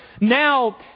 now